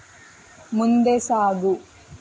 ಮುಂದೆ ಸಾಗು